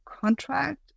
contract